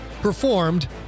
performed